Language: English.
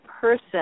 person